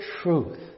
truth